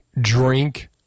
drink